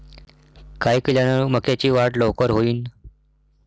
काय केल्यान मक्याची वाढ लवकर होईन?